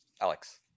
alex